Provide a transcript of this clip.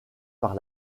par